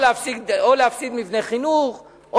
או להפסיד מבני חינוך,